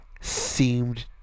seemed